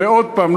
ועוד הפעם,